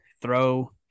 throw